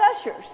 ushers